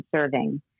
serving